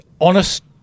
honest